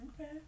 Okay